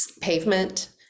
pavement